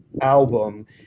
album